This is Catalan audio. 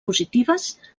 positives